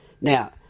Now